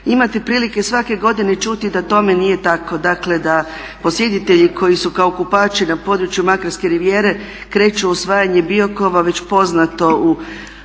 Imate prilike svake godine čuti da tome nije tako. Dakle da posjetitelji koji su kao kupači na području Makarske rivijere kreću u osvajanje Biokova već poznato u